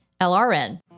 LRN